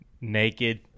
naked